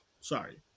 sorry